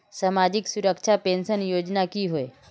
सामाजिक सुरक्षा पेंशन योजनाएँ की होय?